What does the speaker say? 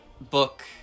book